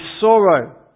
sorrow